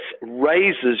raises